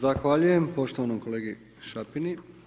Zahvaljujem poštovanom kolegi Šapini.